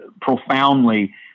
profoundly